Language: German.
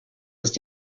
ist